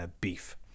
Beef